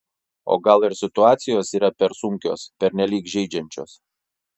o gal ir situacijos yra per sunkios pernelyg žeidžiančios